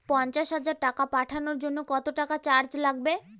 পণ্চাশ হাজার টাকা পাঠানোর জন্য কত টাকা চার্জ লাগবে?